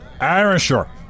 Irisher